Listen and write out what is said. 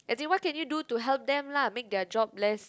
as in what can you do to help them lah make their job less